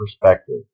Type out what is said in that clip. perspective